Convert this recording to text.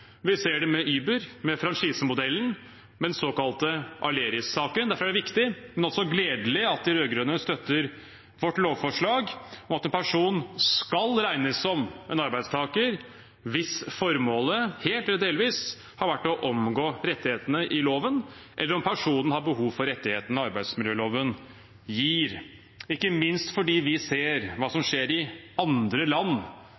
Vi ser det med Uber, med franchisemodellen, med den såkalte Aleris-saken. Derfor er det viktig, men også gledelig, at de rød-grønne støtter vårt lovforslag om at en person skal regnes som arbeidstaker hvis formålet helt eller delvis har vært å omgå rettighetene i loven, eller om personen har behov for rettighetene arbeidsmiljøloven gir. Det er ikke minst fordi vi ser hva som skjer i andre land,